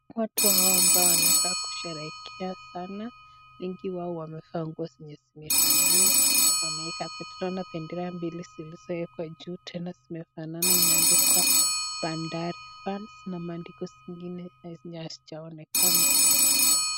Watu hao ambao wanakaa kusherehekea sana. Wengi wao wamevaa nguo zenye zimefanana. Tunaona bendera mbili zilizowekwa juu. Tena tunaona imeandikwa Bandari Band na maandiko zingine zaidi hazijaonekana.